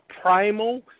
primal